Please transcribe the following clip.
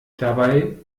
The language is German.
dabei